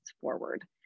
forward